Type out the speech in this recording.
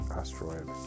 asteroid